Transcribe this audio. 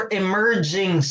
emerging